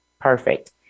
perfect